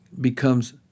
becomes